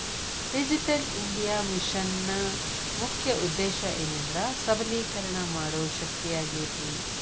digital India ಮಿಷನ್ನ ಮುಖ್ಯ ಉದ್ದೇಶ ಏನೆಂದ್ರ ಸಬಲೇಕರಣ ಮಾಡೋ ಶಕ್ತಿಯಾಗೇತಿ